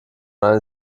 eine